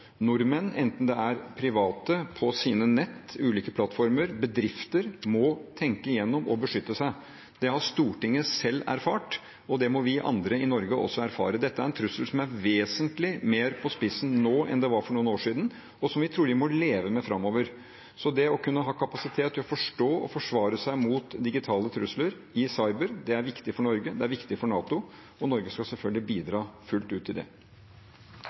Nordmenn, enten det er private på sine nett på ulike plattformer eller bedrifter, må tenke gjennom dette og beskytte seg. Det har Stortinget selv erfart, og det må vi andre i Norge også erfare. Dette er en trussel som er vesentlig mer på spissen nå enn det var for noen år siden, og som vi trolig må leve med framover. Så det å kunne ha kapasitet til å forstå og forsvare seg mot digitale trusler i cyber er viktig for Norge, det er viktig for NATO, og Norge skal selvfølgelig bidra fullt ut til det.